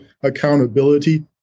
accountability